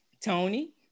tony